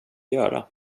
göra